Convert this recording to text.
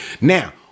Now